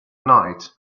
night